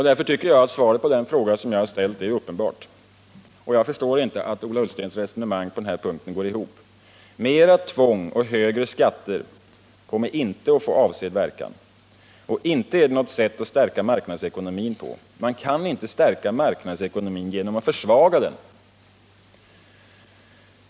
Därför tycker jag att svaret på den fråga som jag ställt är uppenbart, och jag förstår inte hur Ola Ullstens resonemang på den här punkten går ihop. Mera tvång och högre skatter kommer inte att få avsedd verkan, och inte är det heller något sätt att stärka marknadsekonomin på. Man kan inte stärka marknadsekonomin genom att försvaga den!